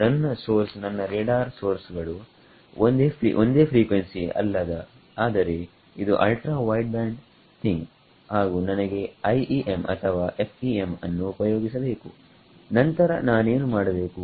ನನ್ನ ಸೋರ್ಸ್ ನನ್ನ radar source ಗಳು ಒಂದೇ ಫ್ರೀಕ್ವೆನ್ಸಿ ಅಲ್ಲದಆದರೆ ಇದು ಅಲ್ಟ್ರಾ ವೈಡ್ ಬ್ಯಾಂಡ್ ಥಿಂಗ್ ಹಾಗು ನನಗೆ IEM ಅಥವಾ FEM ಅನ್ನು ಉಪಯೋಗಿಸಬೇಕು ನಂತರ ನಾನೇನು ಮಾಡಬೇಕು